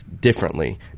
differently